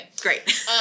Great